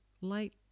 light